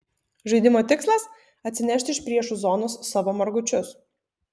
žaidimo tikslas atsinešti iš priešų zonos savo margučius